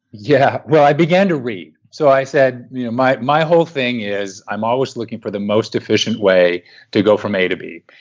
yeah, well, i began to read, so i said yeah my my whole thing is i'm always looking for the most efficient way to go from a to b.